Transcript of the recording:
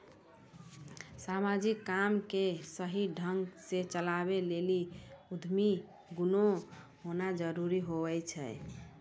समाजिक काम के सही ढंग से चलावै लेली उद्यमी गुण होना जरूरी हुवै छै